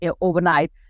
overnight